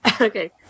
Okay